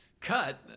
Cut